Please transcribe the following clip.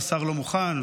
והשר לא מוכן,